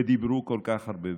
ודיברו כל כך הרבה.